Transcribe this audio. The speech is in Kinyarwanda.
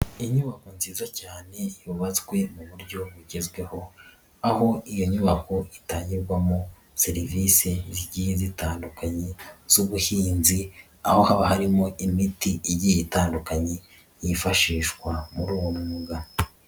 Inyubako nziza cyane yubatswe mu buryo bugezweho, aho iyo nyubako itangirwamo serivise zigiye zitandukanye z'ubuhinzi, aho haba harimo imiti igiye itandukanye yifashishwa muri uwo mwuga.